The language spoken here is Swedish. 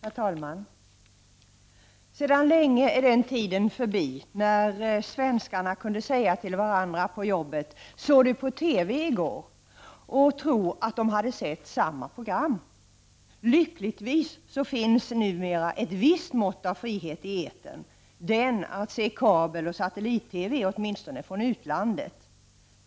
Herr talman! Sedan länge är den tiden förbi då svenskarna kunde säga till varandra på jobbet: ”Såg du på TV i går?” och tro att de hade sett samma program. Lyckligtvis finns numera ett visst mått av frihet i etern — den att se kabeloch satellit-TV, åtminstone från utlandet.